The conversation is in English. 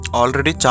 already